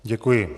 Děkuji.